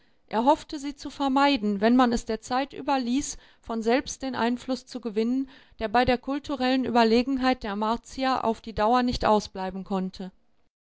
er hoffte sie zu vermeiden wenn man es der zeit überließ von selbst den einfluß zu gewinnen der bei der kulturellen überlegenheit der martier auf die dauer nicht ausbleiben konnte